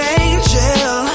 angel